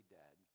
dead